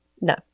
No